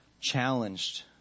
challenged